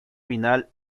final